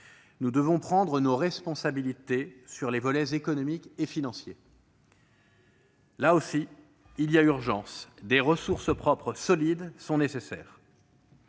nous devons prendre nos responsabilités sur les volets économique et financier. Là aussi, il y a urgence : des ressources propres solides sont nécessaires.